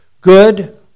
good